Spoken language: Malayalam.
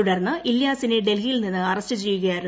തുടർന്ന് ഇല്യാസിനെ ഡൽഹിയിൽ നിന്ന് അറസ്റ്റ് ചെയ്യുകയായിരുന്നു